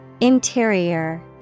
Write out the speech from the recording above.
Interior